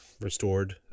restored